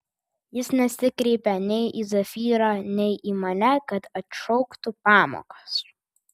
jis nesikreipė nei į zefyrą nei į mane kad atšauktų pamokas